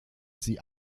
sie